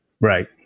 Right